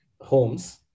homes